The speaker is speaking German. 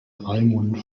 raimund